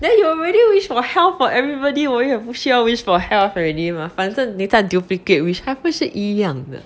then you will already wish for health for everybody 我也不需要 wish for health already mah 反正你在 duplicate wish 还不是一样的